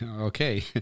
okay